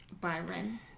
Byron